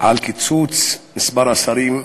על קיצוץ מספר השרים,